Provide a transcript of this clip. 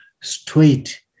straight